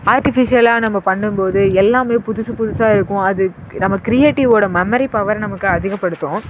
ஆர்ட்டிஃபிஷியலாக நம்ம பண்ணும் போது எல்லாமே புதுசு புதுசாக இருக்கும் அது நம்ம கிரியேட்டிவ்வோட மெமரி பவர் நமக்கு அதிகப்படுத்தும்